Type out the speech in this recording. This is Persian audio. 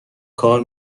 کار